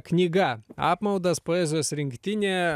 knyga apmaudas poezijos rinktinė